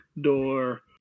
door